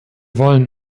wollen